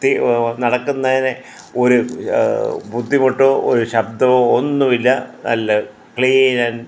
ഇത്തിരി നടക്കുന്നതിന് ഒരു ബുദ്ധിമുട്ടോ ഒരു ശബ്ദമോ ഒന്നും ഇല്ല നല്ല ക്ലീൻ ആൻഡ്